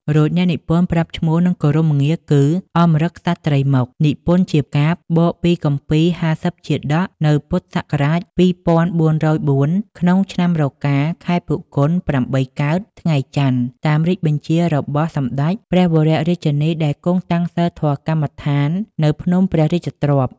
រួចអ្នកនិពន្ធប្រាប់ឈ្មោះ និងគោរមងារគឺ អម្រឹតក្សត្រីម៉ុក និពន្ធជាកាព្យ បកពីគម្ពីរ៥០ជាតក៍ នៅពុទ្ធសករាជ២៤០៤ ក្នុងឆ្នាំរកា ខែផល្គុន ៨កើត ថ្ងៃចន្ទ តាមរាជបញ្ជារបស់សម្តេចព្រះវររាជជននីដែលគង់តាំងសីលធម៌កម្មដ្ឋាននៅភ្នំព្រះរាជទ្រព្យ។